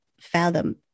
Fathom